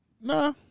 Nah